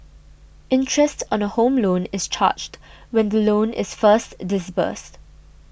interest on a Home Loan is charged when the loan is first disbursed